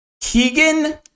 Keegan